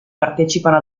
partecipano